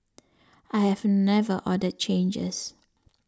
I have never ordered changes